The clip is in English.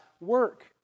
work